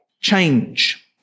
Change